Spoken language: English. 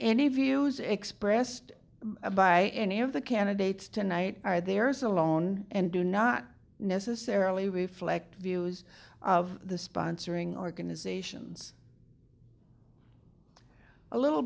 any views expressed by any of the candidates tonight are theirs alone and do not necessarily reflect the views of the sponsoring organizations a little